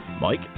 Mike